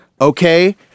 Okay